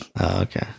Okay